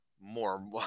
more